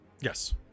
Yes